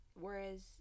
Whereas